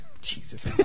Jesus